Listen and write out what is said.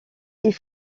ils